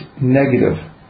negative